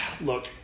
look –